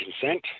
consent